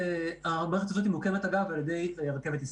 ה --- הזאת מוקמת על ידי רכבת ישראל.